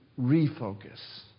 refocus